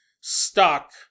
stuck